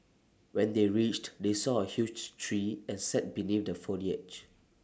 when they reached they saw A huge tree and sat beneath the foliage